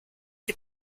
the